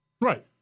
Right